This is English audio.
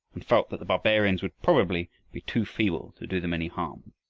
and felt that the barbarians would probably be too feeble to do them any harm.